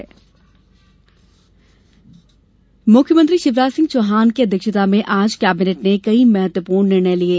cabinet मुख्यमंत्री शिवराज सिंह चौहान की अध्यक्षता में आज केबिनेट ने कई महत्वपूर्ण निर्णय लिये